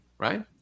Right